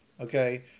Okay